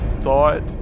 thought